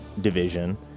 Division